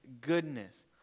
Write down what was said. goodness